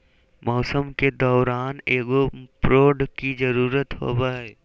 मौसम के दौरान एगो प्रोड की जरुरत होबो हइ